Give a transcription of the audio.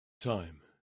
time